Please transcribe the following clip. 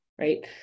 right